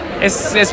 es